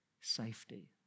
safety